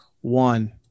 one